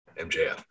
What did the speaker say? MJF